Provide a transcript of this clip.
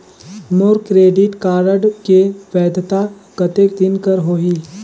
मोर credit card के वैधता कतेक दिन कर होही?